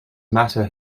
matter